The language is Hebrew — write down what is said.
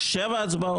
אלה שבע הצבעות.